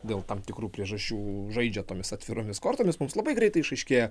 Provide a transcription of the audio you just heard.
dėl tam tikrų priežasčių žaidžia tomis atviromis kortomis mums labai greitai išaiškėja